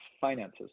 finances